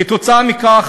כתוצאה מכך,